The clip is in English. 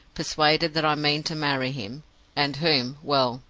persuaded that i mean to marry him and whom well,